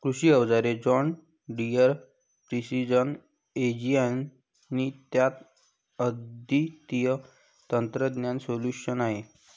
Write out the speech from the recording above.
कृषी अवजारे John Deere precision ag आणि त्यात अद्वितीय तंत्रज्ञान सोल्यूशन्स आहेत